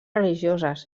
religioses